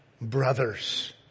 brothers